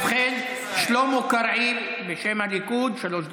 ובכן, שלמה קרעי, בשם הליכוד, שלוש דקות.